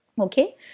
okay